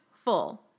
full